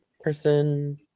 person